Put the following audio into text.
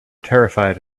terrified